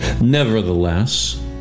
Nevertheless